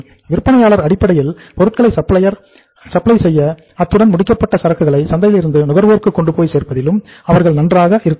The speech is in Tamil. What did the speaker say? விற்பனையாளர் அடிப்படையில் பொருட்களை சப்ளை செய்யவும் அத்துடன் முடிக்கப்பட்ட சரக்குகளை சந்தையிலிருந்து நுகர்வோருக்கு கொண்டுபோய் சேர்ப்பதிலும் அவர்கள் நன்றாக இருக்கவேண்டும்